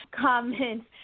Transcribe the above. comments